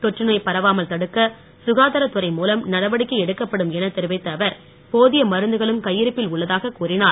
தொற்றுநோய் பரவாமல் தடுக்க சுகாதாரத் துறை மூலம் நடவடிக்கை எடுக்கப்படும் என தெரிவித்த அவர் போதிய மருந்துகளும் கையிருப்பில் உள்ளதாக கூறினார்